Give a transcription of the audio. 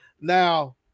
Now